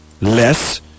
less